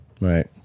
Right